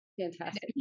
Fantastic